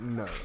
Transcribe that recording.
no